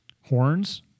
horns